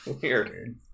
weird